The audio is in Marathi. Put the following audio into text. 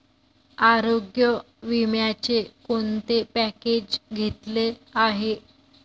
आरोग्य विम्याचे कोणते पॅकेज घेतले आहे?